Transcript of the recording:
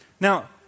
Now